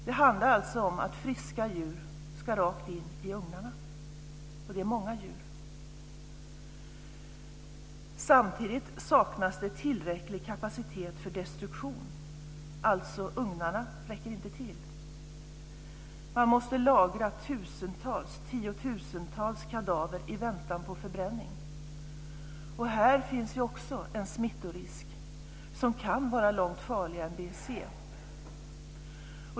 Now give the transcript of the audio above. Det handlar alltså om att friska djur ska rakt in i ugnarna, och det är många djur. Samtidigt saknas det tillräcklig kapacitet för destruktion. Ugnarna räcker alltså inte till. Man måste lagra tiotusentals kadaver i väntan på förbränning. Här finns också en smittorisk som kan vara långt farligare än BSE.